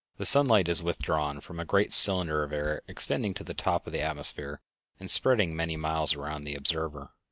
the sunlight is withdrawn from a great cylinder of air extending to the top of the atmosphere and spreading many miles around the observer.